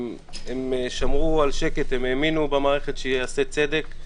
הם שמרו על שקט, הם האמינו במערכת שייעשה צדק.